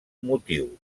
motius